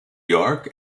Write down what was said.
york